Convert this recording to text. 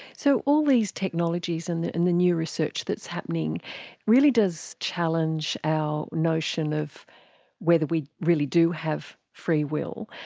so all these technologies and the and the new research that's happening really does challenge our notion of whether we really do have free will.